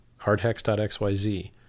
Hardhex.xyz